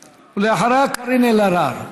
ואחריה, קארין אלהרר.